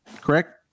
correct